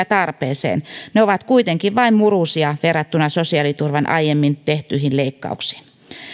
tarpeeseen ne ovat kuitenkin vain murusia verrattuna sosiaaliturvaan aiemmin tehtyihin leikkauksiin